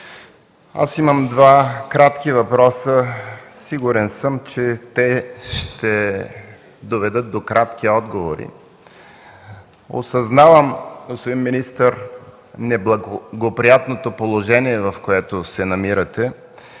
Аз имам два кратки въпроса, сигурен съм, че те ще доведат до кратки отговори. Осъзнавам, господин министър, неблагоприятното положение, в което се намирате